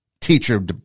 teacher